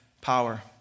power